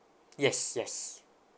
yes yes